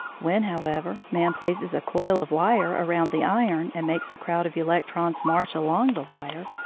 when, however, man places a coil of wire around the iron, and makes a crowd of electrons march along the wire,